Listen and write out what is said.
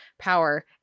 Power